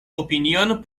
opinion